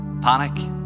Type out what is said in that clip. panic